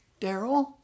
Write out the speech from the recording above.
Daryl